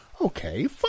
Okay